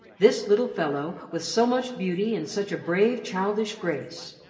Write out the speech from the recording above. this little fellow with so much beauty and such a brave, childish grace!